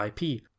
IP